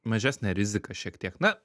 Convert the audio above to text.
mažesnė rizika šiek tiek na